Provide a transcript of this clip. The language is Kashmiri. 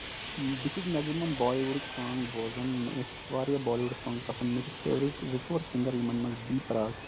بہٕ چھُس میکزِمم بالہِ وُڈ سانگ بوزان مےٚ چھِ واریاہ بالہِ وُڈ سانگ پسند مےٚ چھِ فیورِٹ زٕ ژورسنگر یِمن منٛز بی پراگ چھُ